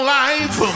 life